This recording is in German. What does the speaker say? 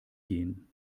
gehen